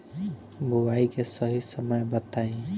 बुआई के सही समय बताई?